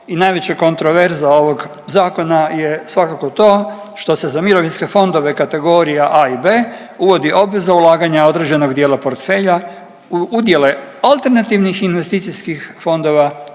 i najveća kontroverza ovog zakona je svakako to što se za mirovinske fondove kategorija A i B uvodi obveza ulaganja određenog dijela portfelja udjele AIF-ova s garancijom povrata